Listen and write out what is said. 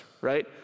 right